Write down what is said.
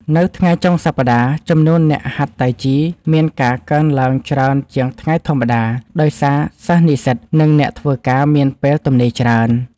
នៅថ្ងៃចុងសប្ដាហ៍ ចំនួនអ្នកហាត់តៃជីមានការកើនឡើងច្រើនជាងថ្ងៃធម្មតា ដោយសារសិស្សនិស្សិត និងអ្នកធ្វើការមានពេលទំនេរច្រើន។